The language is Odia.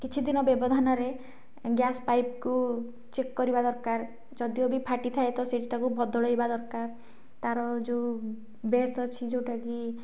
କିଛି ଦିନି ବ୍ୟବଧାନରେ ଗ୍ୟାସ୍ ପାଇପ୍ କୁ ଚେକ୍ କରିବା ଦରକାର ଯଦିଓ ବି ଫାଟିଥାଏ ତ ସେଇଠି ତାକୁ ବଦଳାଇବା ଦରକାର ତାର ଯେଉଁ ବେସ୍ ଅଛି ଯେଉଁଟା କି